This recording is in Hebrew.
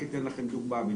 אני אתן לכם דוגמה.